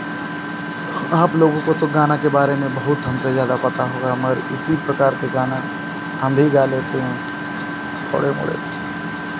आप लोगों को तो गाना के बारे में बहुत हमसे ज़्यादा पता होगा मगर इसी प्रकार के गाना हम भी गा लेते हैं थोड़े मोड़े